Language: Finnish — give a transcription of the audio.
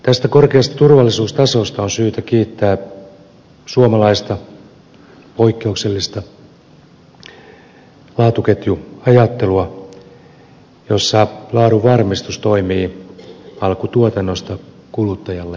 tästä korkeasta turvallisuustasosta on syytä kiittää suomalaista poikkeuksellista laatuketjuajattelua jossa laadunvarmistus toimii alkutuotannosta kuluttajalle saakka